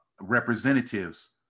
representatives